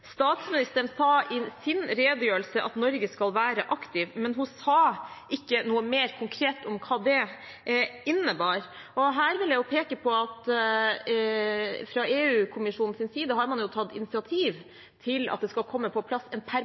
Statsministeren sa i sin redegjørelse at Norge skal være aktiv, men hun sa ikke noe mer konkret om hva det innebar. Her vil jeg peke på at fra EU-kommisjonens side har man tatt initiativ til at det skal komme på plass en